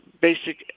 basic